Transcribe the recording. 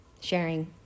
sharing